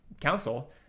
council